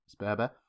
Sperber